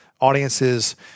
audiences